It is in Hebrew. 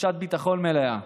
לתחושת ביטחון מלאה,